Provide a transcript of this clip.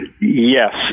Yes